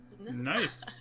nice